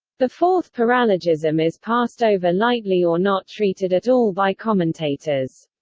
the fourth paralogism is passed over lightly or not treated at all by commentators.